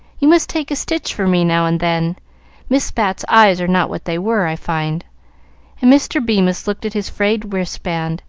you must take a stitch for me now and then miss bat's eyes are not what they were, i find and mr. bemis looked at his frayed wristband,